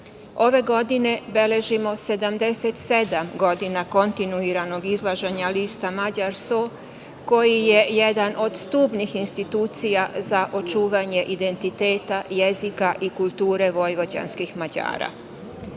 Ove godine beležimo 77 godina kontinuiranog izlaženja lista „Mađar So“ koji je jedan od stubnih institucija za očuvanje identiteta jezika i kulture vojvođanskih Mađara. Uz